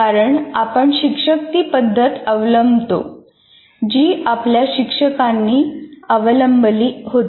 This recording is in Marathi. कारण आपण शिक्षक ती पद्धत अवलंबतो जी आपल्या शिक्षकांनी अवलंबले होती